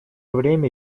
время